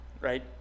right